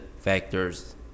factors